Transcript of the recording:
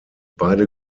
beide